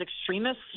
extremists